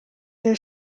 their